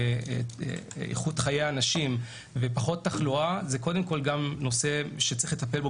שאיכות חיי האנשים ופחות תחלואה זה נושא שצריך לטפל בו,